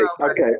okay